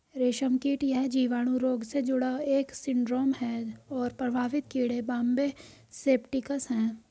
रेशमकीट यह जीवाणु रोग से जुड़ा एक सिंड्रोम है और प्रभावित कीड़े बॉम्बे सेप्टिकस है